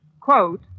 Quote